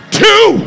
two